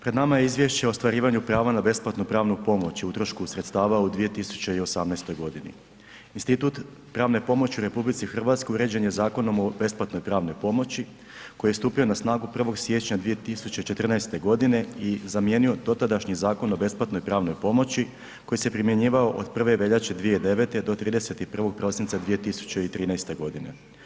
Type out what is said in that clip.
Pred nama je Izvješće o ostvarivanju prava na besplatnu pravnu pomoć i utrošku sredstava u 2018. g. Institut pravne pomoći u RH uređen je Zakonom o besplatnoj pravnoj pomoći koji je stupio na snagu 1. siječnja 2014. godine i zamijenio dotadašnji Zakon o besplatnoj pravnoj pomoći koji se primjenjivao od 1. veljače 2009. do 31. prosinca 2013. godine.